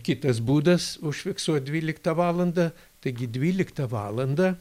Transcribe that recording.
kitas būdas užfiksuot dvyliktą valandą taigi dvyliktą valandą